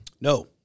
No